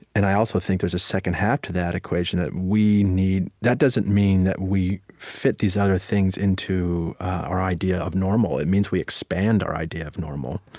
and i also think there's a second half to that equation, that we need that doesn't mean that we fit these other things into our idea of normal, it means we expand our idea of normal.